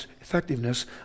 effectiveness